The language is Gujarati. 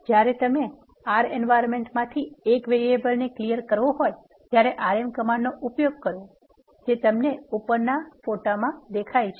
જ્યારે તમારે R environment માંથી એક વેરિએબલ ને સાફ કરવો હોય ત્યારે rm કમાન્ડનો ઉપયોગ કરવો જે તમને ઉપરના ફોટામા દેખાય છે